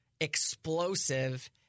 explosive